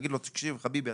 להגיד לו תקשיב חביבי,